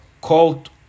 called